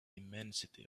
immensity